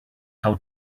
how